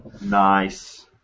Nice